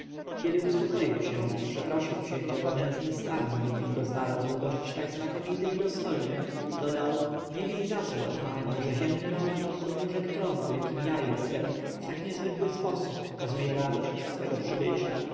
i ramzes kiedy uspokoił się i przeprosił księcia za nędzny stan w jakim go znalazł gość tak znakomity i dostojny dodał nie miej za złe o panie że ziemny robak i podnóżek tronu jakim ja jestem w tak niezwykły sposób okazuje radość z twego przybycia